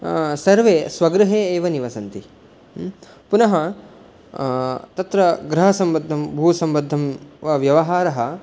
सर्वे स्वगृहे एव निवसन्ति पुनः तत्र गृहसम्बद्धं भूसम्बद्धं वा व्यवहारः